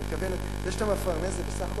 היא מתכוונת: זה שאתה מפרנס זה בסך הכול